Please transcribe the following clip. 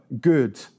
good